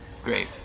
great